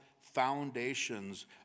foundations